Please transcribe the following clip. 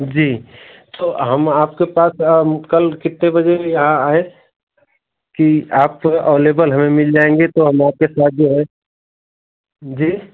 जी तो हम आपके पास कल कितने बजे आ आएँ कि आप थोड़ा अवलेबल हमें मिल जाएँगे तो हम आपके साथ जो है जी